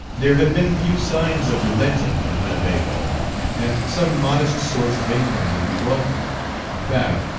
there had been few signs of relenting in winnebago and some modest source of income would be welcome in fact,